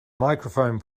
microphone